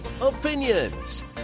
Opinions